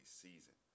season